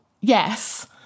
yes